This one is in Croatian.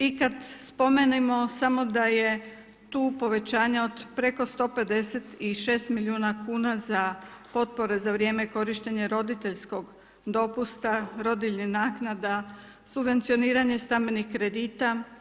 I kad spomenemo samo da je tu povećanje od preko 156 milijuna kuna za potpore za vrijeme korištenje roditeljskog dopusta, rodiljne naknada, subvencioniranja stambenih kredita.